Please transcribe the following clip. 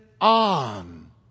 on